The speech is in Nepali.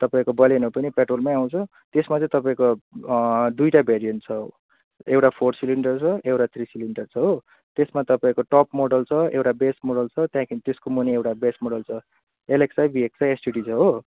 तपाईँको बलेनो पनि पेट्रोलमै आउँछ त्यसमा चाहिँ तपाईँको दुईवटा भेरिएन्ट छ एउटा फोर सिलिन्डर छ एउटा थ्री सिलिन्डर छ हो त्यसमा तपाईँको टप मोडल छ एउटा बेस मोडल छ त्यहाँदेखि त्यसको मुनि एउटा बेस मोडल छ एलएक्सआई भिएक्सआई एसटिडी छ हो